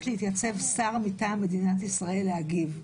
להתייצב שר מטעם מדינת ישראל להגיב,